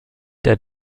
der